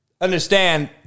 understand